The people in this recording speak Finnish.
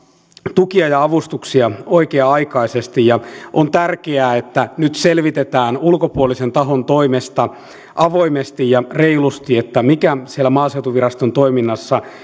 tukia ja avustuksia oikea aikaisesti on tärkeää että nyt selvitetään ulkopuolisen tahon toimesta avoimesti ja reilusti mikä siellä maaseutuviraston toiminnassa